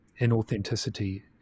inauthenticity